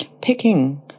picking